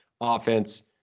Offense